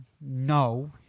No